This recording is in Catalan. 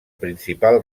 principal